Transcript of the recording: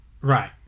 Right